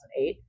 2008